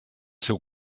seu